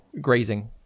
grazing